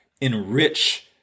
enrich